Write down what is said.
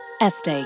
Este